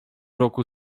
roku